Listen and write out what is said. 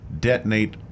Detonate